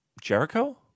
Jericho